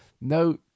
No